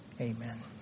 amen